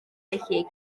felly